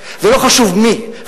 ולא חשוב מי,